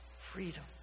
Freedom